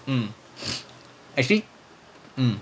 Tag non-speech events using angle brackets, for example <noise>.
mm <breath> actually mm